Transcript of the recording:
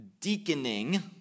deaconing